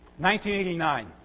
1989